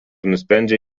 nusprendžia